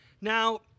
Now